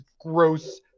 gross